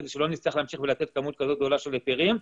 כדי שלא נצטרך להמשיך ולתת כמות כזאת גדולה של היתרים.